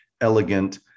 elegant